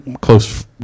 close